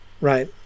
right